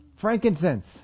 Frankincense